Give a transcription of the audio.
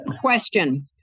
question